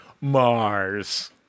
Mars